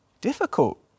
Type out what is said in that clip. difficult